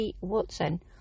Watson